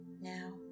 now